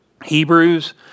Hebrews